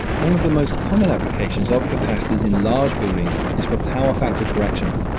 one of the most common applications of capacitors in large buildings is for power factor correction.